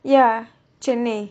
ya chennai